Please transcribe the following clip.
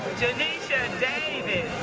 janeesha davis.